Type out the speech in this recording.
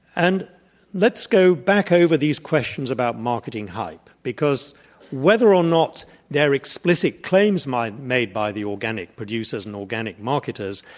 and let's go back over these questions about marketing hype, because whether or not their explic it claims might be made by the organic producers and organic marketers,